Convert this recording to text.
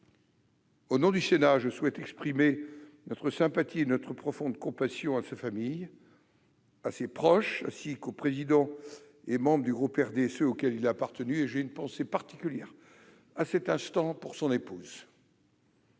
Au nom du Sénat, je souhaite exprimer notre sympathie et notre profonde compassion à sa famille, à ses proches, ainsi qu'au président et aux membres du groupe RDSE, auquel il a appartenu. J'ai une pensée particulière pour son épouse.